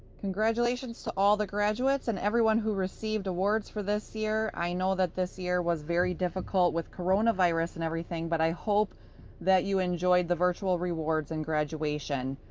congratulations to all the graduates and everyone who received awards for this year. i know that this year was very difficult with coronavirus and everything, but i hope that you enjoyed the virtual awards and graduation.